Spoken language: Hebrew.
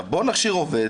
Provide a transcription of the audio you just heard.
בואו נכשיר עובד,